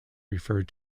referred